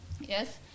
Yes